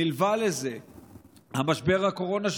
נלווה לזה משבר הקורונה,